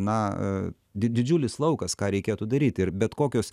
na di didžiulis laukas ką reikėtų daryti ir bet kokios